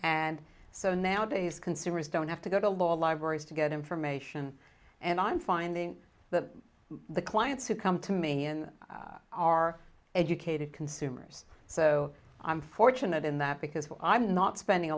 and so nowadays consumers don't have to go to law libraries to get information and i'm finding that the clients who come to me in are educated consumers so i'm fortunate in that because i'm not spending